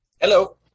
Hello